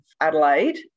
Adelaide